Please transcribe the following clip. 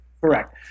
Correct